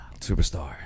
Superstar